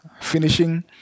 Finishing